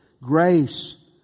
grace